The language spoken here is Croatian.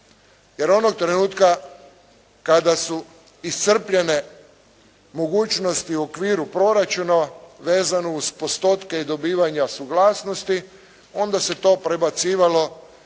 jer onog trenutka kada su iscrpljene mogućnosti u okviru proračuna vezano uz postotke i dobivanja suglasnosti, onda se to prebacivalo